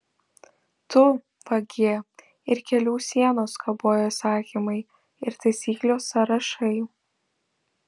tu vagie ir kelių sienos kabojo įsakymai ir taisyklių sąrašai